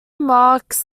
marks